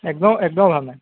একদম একদম লাভ নাই